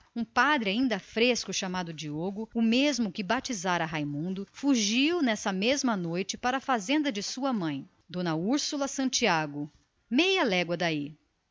um padre ainda moço chamado diogo o mesmo que batizara raimundo fugiu essa noite para a fazenda de sua mãe d úrsula santiago a meia légua dali